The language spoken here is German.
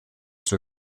zur